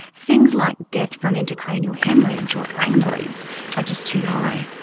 things like death from intracranial haemorrhage or brain bleeds are just too high.